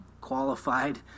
qualified